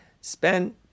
Spend